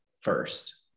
first